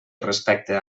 respecte